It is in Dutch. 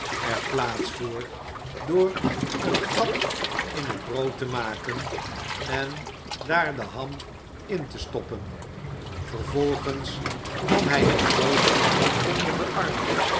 plaats voor door een gat in het brood te maken en daar de ham in te stoppen vervolgens nam hij het brood onder den arm